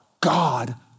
God